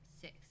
Six